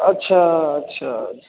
अच्छा अच्छा